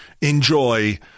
enjoy